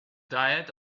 diet